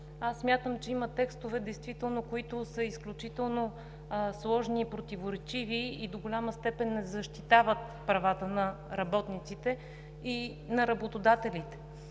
действително има текстове, които са изключително сложни и противоречиви и до голяма степен не защитават правата на работниците и на работодателите.